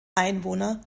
einwohner